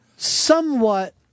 somewhat